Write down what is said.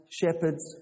shepherds